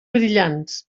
brillants